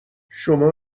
شما